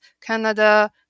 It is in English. Canada